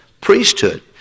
priesthood